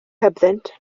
hebddynt